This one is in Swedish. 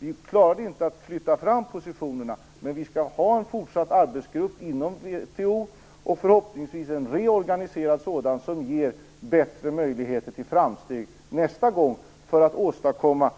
Vi klarade inte att flytta fram positionerna, men vi skall ha en fortsatt arbetsgrupp inom VHO och förhoppningsvis en reorganiserad sådan, som ger bättre möjligheter till framsteg nästa gång när det gäller att åstadkomma